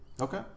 Okay